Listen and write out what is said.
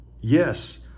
Yes